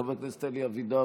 חבר הכנסת אלי אבידר,